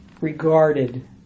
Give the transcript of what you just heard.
regarded